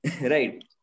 Right